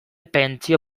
pentsio